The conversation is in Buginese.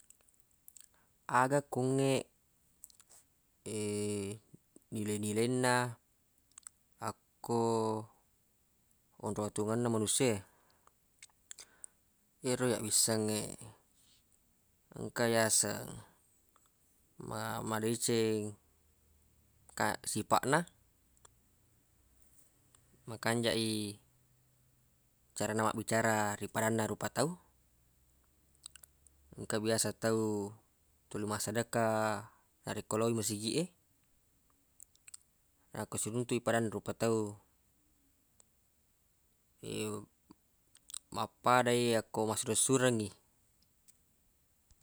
Aga kungnge nilai-nilainna akko onrong atuwongenna manusia e ero iyyaq wissengnge engka yaseng ma- madeceng ka- sipaq na makanjaq i carana mabbicara ri padanna rupa tau engka biasa tau tuli massedekka narekko lowwi masigiq e akko siruntuq i padanna rupa tau mappadai akko massureng-surengngi.